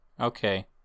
okay